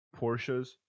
Porsches